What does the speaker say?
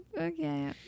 Okay